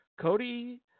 Cody